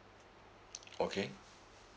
okay